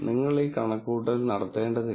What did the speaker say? നിങ്ങൾ ഈ കണക്കുകൂട്ടൽ നടത്തേണ്ടതില്ല